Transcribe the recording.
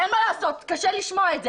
אין מה לעשות, קשה לשמוע את זה.